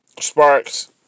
Sparks